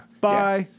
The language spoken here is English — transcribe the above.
Bye